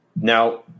Now